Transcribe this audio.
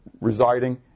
residing